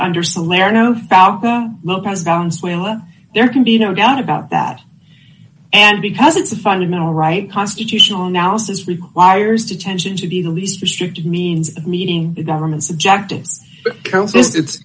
well there can be no doubt about that and because it's a fundamental right constitutional analysis requires detention to be the least restrictive means of meeting the government's objective